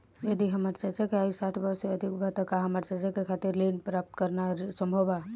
यदि हमार चाचा के आयु साठ वर्ष से अधिक बा त का हमार चाचा के खातिर ऋण प्राप्त करना संभव बा?